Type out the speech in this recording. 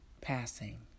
passing